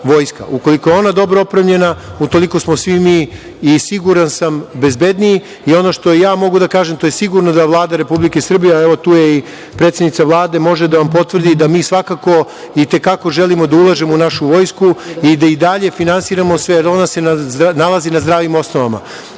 Ukoliko je ona dobro opremljena, utoliko smo onda i svi mi i siguran sam bezbedniji. Ono što ja mogu da kažem, to je sigurno da Vlada Republike Srbije, a evo tu je i predsednica Vlade, može da vam potvrdi da mi svakako i te kako želimo da ulažemo u našu vojsku i da i dalje finansiramo sve, jer ona se nalazi na zdravim osnovama. Poslednja